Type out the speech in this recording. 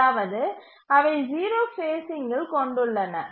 அதாவது அவை 0 ஃபேஸ்சிங் கொண்டுள்ளன